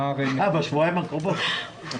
עוד לפני,